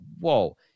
Whoa